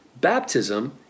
Baptism